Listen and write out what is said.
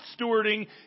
stewarding